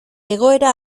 egoera